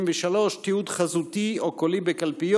לכנסת (תיקון מס' 73) (תיעוד חזותי או קולי בקלפיות),